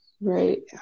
Right